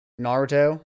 naruto